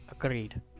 Agreed